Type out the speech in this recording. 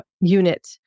unit